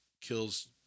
kills